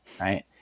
Right